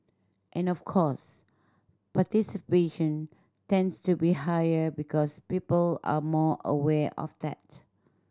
and of course participation tends to be higher because people are more aware of that